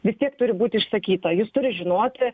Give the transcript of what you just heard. vis tiek turi būt išsakyta jis turi žinoti